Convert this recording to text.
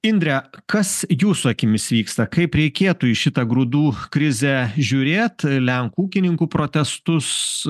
indrę kas jūsų akimis vyksta kaip reikėtų į šitą grūdų krizę žiūrėt lenkų ūkininkų protestus